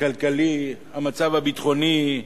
הכלכלי והמצב הביטחוני.